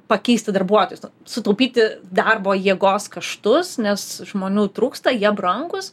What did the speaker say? pakeisti darbuotojus sutaupyti darbo jėgos kaštus nes žmonių trūksta jie brangūs